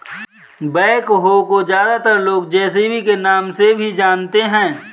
backhoe को ज्यादातर लोग जे.सी.बी के नाम से भी जानते हैं